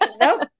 Nope